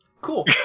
Cool